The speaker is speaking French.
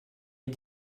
est